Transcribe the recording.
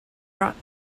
brought